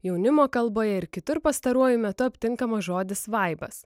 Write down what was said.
jaunimo kalboje ir kitur pastaruoju metu aptinkamas žodis vaibas